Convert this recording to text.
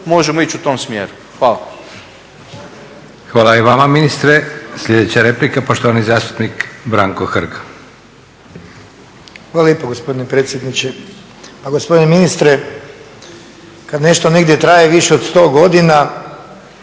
možemo ići u tom smjeru. Hvala. **Leko, Josip (SDP)** Hvala i vama ministre. Sljedeća replika, poštovani zastupnik Branko Hrg. **Hrg, Branko (HSS)** Hvala lijepo gospodine predsjedniče. Pa gospodine ministre kad nešto negdje traje više od 100 godina